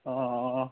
অঁ